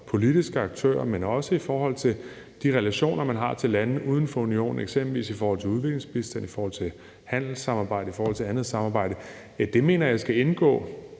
politiske aktører, men også i forhold til de relationer, man har til landene uden for Unionen, eksempelvis i forhold til udviklingsbistand, i forhold til handelssamarbejde og i forhold til andet samarbejde. Det mener jeg skal indgå